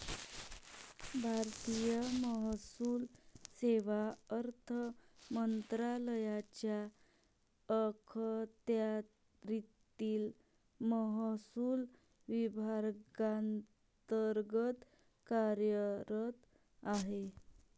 भारतीय महसूल सेवा अर्थ मंत्रालयाच्या अखत्यारीतील महसूल विभागांतर्गत कार्यरत आहे